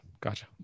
gotcha